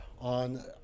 on